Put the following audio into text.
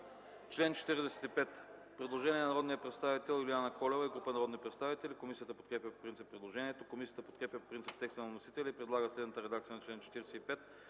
чл. 45 има предложение на народния представител Юлиана Колева и група народни представители. Комисията подкрепя по принцип предложението. Комисията подкрепя по принцип текста на вносителя и предлага следната редакция на чл. 45,